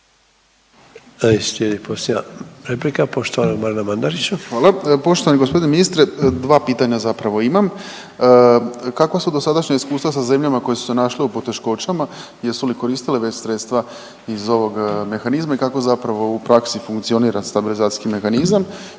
Poštovani gospodine ministre dva pitanja zapravo imam. Kakva su dosadašnja iskustva sa zemljama koje su se našle u poteškoćama, jesu li koristile već sredstva iz ovog mehanizma i kako zapravo u praksi funkcionira stabilizacijski mehanizam?